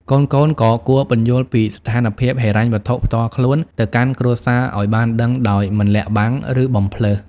កូនៗក៏គួរពន្យល់ពីស្ថានភាពហិរញ្ញវត្ថុផ្ទាល់ខ្លួនទៅកាន់គ្រួសារអោយបានដឹងដោយមិនលាក់បាំង និងបំផ្លើស។